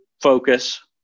focus